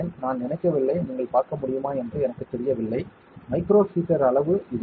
நான் நினைக்கவில்லை நீங்கள் பார்க்க முடியுமா என்று எனக்குத் தெரியவில்லை மைக்ரோ ஹீட்டர் அளவு இதுதான்